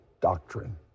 doctrine